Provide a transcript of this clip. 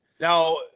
Now